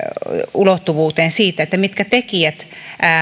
ulottuvuus siitä mitkä tekijät